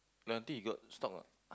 guarantee got stock or not